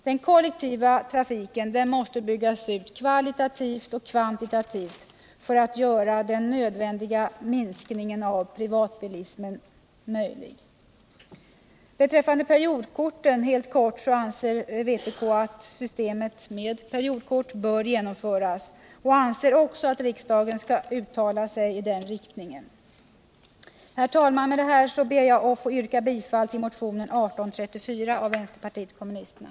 Den kollektiva trafiken måste byggas ut kvalitativt och kvantitativt för att göra den nödvändiga minskningen av privatbilismen möjlig. Helt kort beträffande periodkorten: Vpk anser att systemet med periodkort bör genomföras och att riksdagen skall uttala sig i den riktningen. Herr talman! Med detta ber jag att få yrka bifall till motionen 1834 från vänsterpartiet kommunisterna.